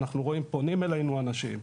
פונים אלינו אנשים,